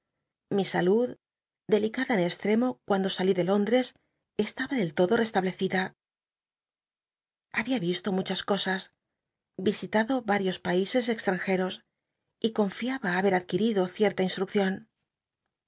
mi salud delicada en estremo cuando salí de lond r es estaba del lodo restabledda había visto muchas cosas visitado yarios paises extranjeros y confiaba haber adquirido cierta inst